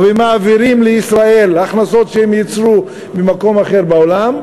ומעבירים לישראל הכנסות שהם יצרו במקום אחר בעולם,